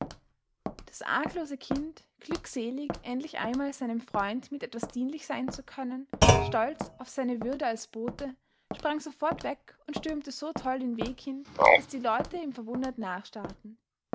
das arglose kind glückselig endlich einmal seinem freund mit etwas dienlich sein zu können stolz auf seine würde als bote sprang sofort weg und stürmte so toll den weg hin daß die leute ihm verwundert